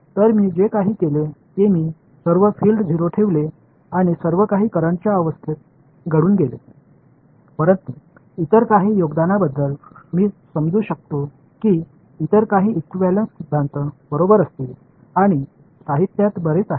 तर मी जे काही केले ते मी सर्व फिल्ड 0 ठेवले आणि सर्व काही करंटच्या अवस्थेत गढून गेले परंतु इतर काही योगदानाबद्दल मी समजू शकतो की इतर काही इक्विव्हॅलेंस सिद्धांत बरोबर असतील आणि साहित्यात बरेच आहेत